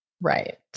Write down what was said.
Right